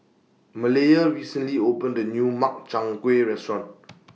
Malaya recently opened A New Makchang Gui Restaurant